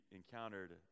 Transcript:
encountered